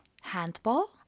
Handball